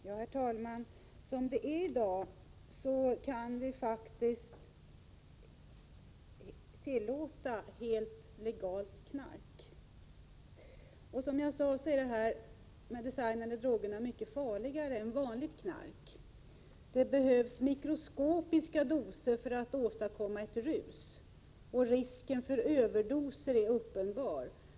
Herr talman! I dag är knark helt legalt. Som jag sade är de ”designade” drogerna mycket allvarligare än vanligt knark. Det behövs mikroskopiska doser för att åstadkomma ett rus. Risken för överdos är uppenbar.